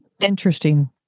Interesting